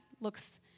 looks